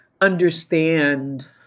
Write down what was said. understand